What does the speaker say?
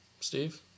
Steve